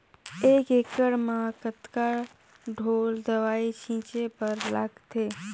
एक एकड़ म कतका ढोल दवई छीचे बर लगथे?